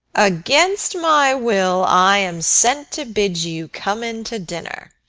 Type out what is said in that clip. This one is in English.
against my will i am sent to bid you come in to dinner